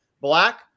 Black